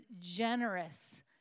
generous